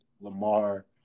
lamar